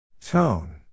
Tone